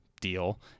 deal